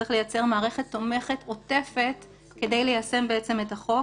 צריך לייצר מערכת תומכת עוטפת כדי ליישם את החוק.